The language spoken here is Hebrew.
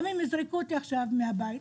גם אם יזרקו אותי עכשיו מהבית,